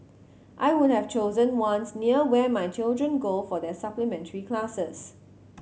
I would have chosen ones near where my children go for their supplementary classes